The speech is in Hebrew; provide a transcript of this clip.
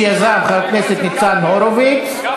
שיזם חבר כנסת ניצן הורוביץ,